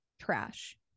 trash